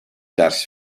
ders